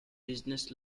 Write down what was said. business